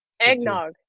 eggnog